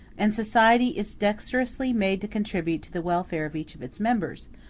and society is dexterously made to contribute to the welfare of each of its members,